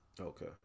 Okay